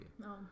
No